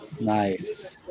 nice